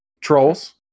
trolls